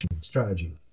strategy